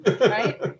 right